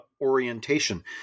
orientation